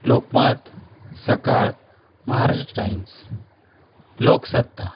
Lokmat Sakal Maharashtra Times Loksatta